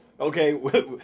Okay